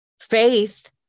faith